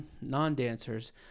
non-dancers